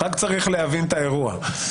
רק צריך להבין את האירוע.